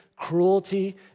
cruelty